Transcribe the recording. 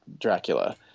Dracula